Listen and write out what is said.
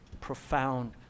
profound